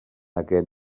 aquest